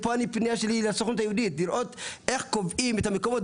ופה הפנייה שלי לסוכנות היהודית לראות איך קובעים את המקומות.